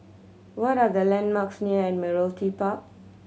what are the landmarks near Admiralty Park